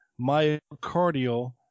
myocardial